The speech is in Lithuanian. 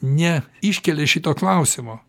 neiškelia šito klausimo